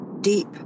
deep